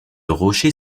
rocher